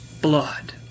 blood